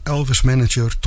Elvis-manager